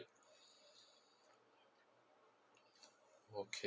okay